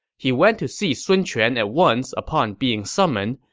he went to see sun quan at once upon being summoned,